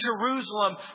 Jerusalem